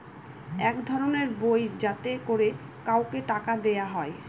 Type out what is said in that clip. এক ধরনের বই যাতে করে কাউকে টাকা দেয়া হয়